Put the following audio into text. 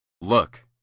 Look